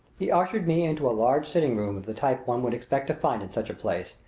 he ushered me into a large sitting room of the type one would expect to find in such a place,